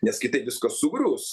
nes kitaip viskas sugriūs